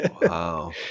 Wow